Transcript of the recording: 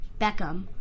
Beckham